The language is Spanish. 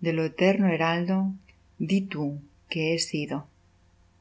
de lo eterno heraldo di tú que he sido